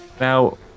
Now